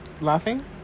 Laughing